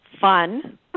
fun